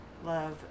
love